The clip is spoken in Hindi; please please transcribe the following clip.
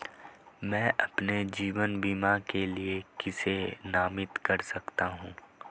मैं अपने जीवन बीमा के लिए किसे नामित कर सकता हूं?